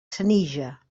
senija